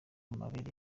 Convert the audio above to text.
amabere